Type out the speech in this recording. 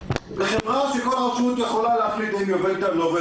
חברה שכל רשות יכולה להחליט אם עובדת אתה או לא,